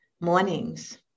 mornings